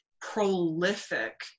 prolific